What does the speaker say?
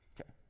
Okay